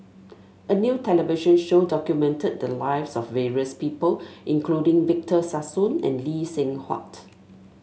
a new television show documented the lives of various people including Victor Sassoon and Lee Seng Huat